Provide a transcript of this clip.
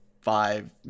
five